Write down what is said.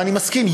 ואני מסכים,